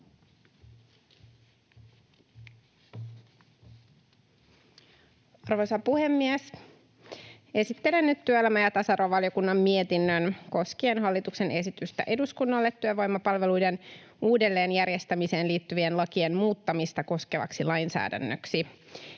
Arvoisa puhemies! Esittelen nyt työelämä- ja tasa-arvovaliokunnan mietinnön koskien hallituksen esitystä eduskunnalle työvoimapalveluiden uudelleenjärjestämiseen liittyvien lakien muuttamista koskevaksi lainsäädännöksi.